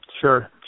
Sure